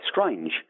strange